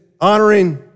honoring